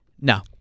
no